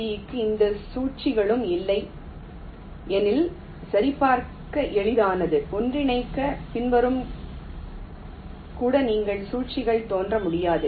ஜிக்கு எந்த சுழற்சிகளும் இல்லை எனில் சரிபார்க்க எளிதானது ஒன்றிணைந்த பின்னரும் கூட நீங்கள் சுழற்சிகள் தோன்ற முடியாது